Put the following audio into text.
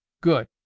Good